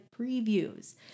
previews